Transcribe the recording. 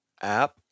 app